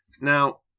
Now